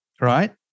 Right